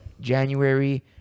January